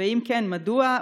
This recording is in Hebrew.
2. אם כן, מדוע?